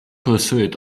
pursuit